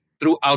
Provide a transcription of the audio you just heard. throughout